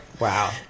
Wow